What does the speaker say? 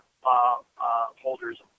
holders